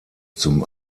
zum